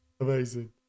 Amazing